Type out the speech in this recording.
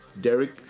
Derek